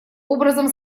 образом